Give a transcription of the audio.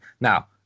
now